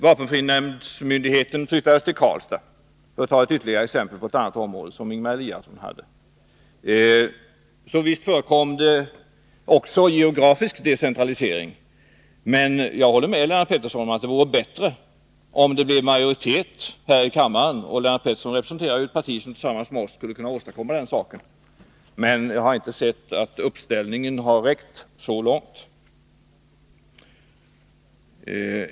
Vapenfrinämnden flyttades till Karlstad, för att ta ytterligare ett exempel från ett annat område — som Ingemar Eliasson hade hand om. Visst förekom det således geografisk decentralisering, men jag håller med Lennart Pettersson om att det vore bättre om det blev majoritet här i kammaren för omlokaliseringar. Lennart Pettersson representerar ett parti som tillsammans med oss skulle kunna åstadkomma det — men jag har inte kunnat se att viljan har räckt så långt.